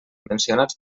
mencionats